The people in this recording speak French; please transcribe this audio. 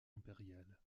impériale